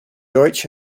deutsch